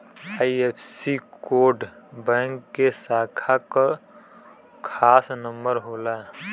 IFSC code bank के शाखा क खास नंबर होला